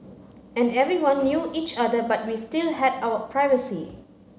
and everyone knew each other but we still had our privacy